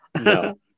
No